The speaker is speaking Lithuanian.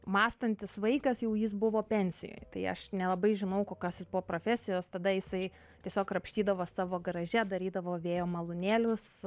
mąstantis vaikas jau jis buvo pensijoj tai aš nelabai žinau kokios jis buvo profesijos tada jisai tiesiog krapštydavos savo garaže darydavo vėjo malūnėlius